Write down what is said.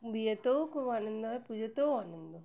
বিয়েতেও খুব আনন্দ হয় পুজোতেও আনন্দ হয়